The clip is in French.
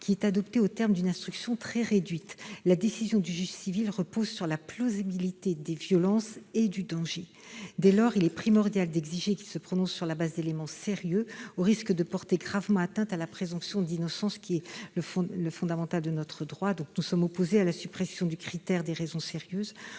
adoptée au terme d'une instruction très réduite. La décision du juge civil repose sur la plausibilité des violences et du danger. Dès lors, il est primordial d'exiger qu'il se prononce sur la base d'éléments sérieux, sauf à risquer de porter gravement atteinte à la présomption d'innocence. Nous sommes donc très opposés à la suppression du critère des « raisons sérieuses